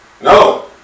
No